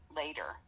later